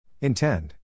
Intend